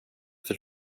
för